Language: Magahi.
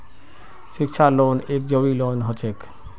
शिक्षा लोन एक जरूरी लोन हछेक